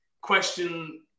question